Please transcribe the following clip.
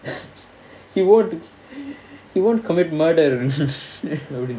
he won't he won't commit murder